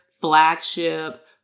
flagship